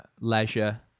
leisure